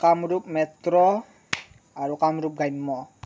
Kamrup metro আৰু কামৰূপ গ্ৰাম্য